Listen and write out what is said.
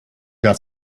got